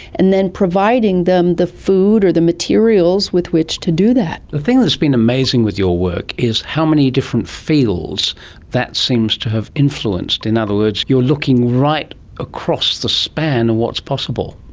and then providing them the food or the materials with which to do that. the thing that has been amazing with your work is how many different fields that seems to have influenced. in other words, you're looking right across the span of what's possible.